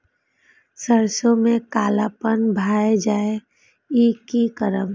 सरसों में कालापन भाय जाय इ कि करब?